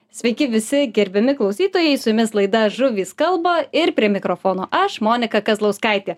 sveiki visi gerbiami klausytojai su jumis laida žuvys kalba ir prie mikrofono aš monika kazlauskaitė